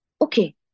okay